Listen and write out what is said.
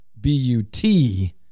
B-U-T